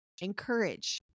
encourage